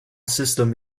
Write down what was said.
system